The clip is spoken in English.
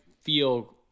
feel